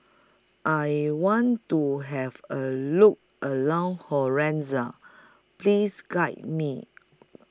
I want to Have A Look around Honiara Please Guide Me